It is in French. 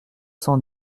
cent